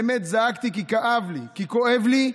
באמת זעקתי, כי כאב לי, כי כואב לי,